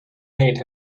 made